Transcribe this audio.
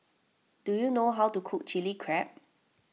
do you know how to cook Chili Crab